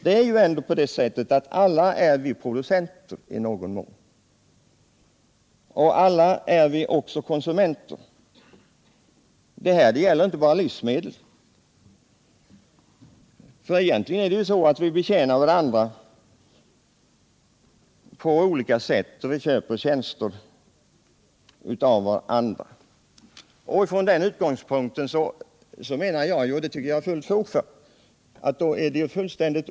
Alla är vi i - Nr 54 någon mån producenter och alla är vi också konsumenter. Detta gäller Fredagen den inte bara livsmedelsområdet, egentligen betjänar vi ju varandra på olika 16 december 1977 sätt och vi köper tjänster av varandra.